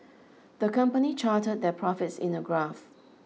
the company charted their profits in a graph